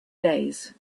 days